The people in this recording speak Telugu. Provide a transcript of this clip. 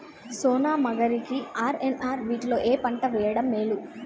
సోనా మాషురి కి ఆర్.ఎన్.ఆర్ వీటిలో ఏ పంట వెయ్యడం మేలు?